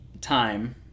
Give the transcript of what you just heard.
time